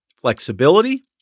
flexibility